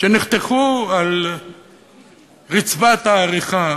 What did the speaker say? שנחתכו על רצפת העריכה,